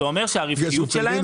זה אומר שהרווחיות שלהם,